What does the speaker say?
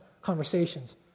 conversations